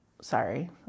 sorry